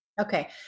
Okay